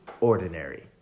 ordinary